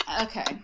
Okay